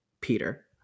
Peter